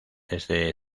desde